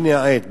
הנה העט,